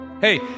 Hey